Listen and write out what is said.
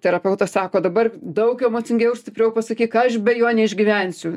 terapeutas sako dabar daug emocingiau ir stipriau pasakyk aš be jo neišgyvensiu